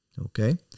Okay